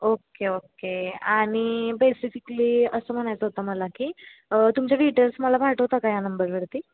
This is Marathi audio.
ओक्के ओक्के आणि पेसिफिकली असं म्हणायचं होतं मला की तुमचे डिटेल्स मला पाठवतं का या नंबरवरती